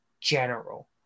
general